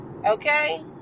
Okay